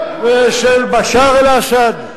כיבוש של עם אחר זה לא דמוקרטיה.